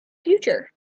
future